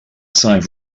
sigh